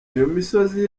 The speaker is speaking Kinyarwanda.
misozi